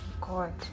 god